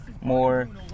more